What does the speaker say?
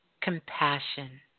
compassion